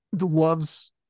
loves